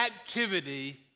activity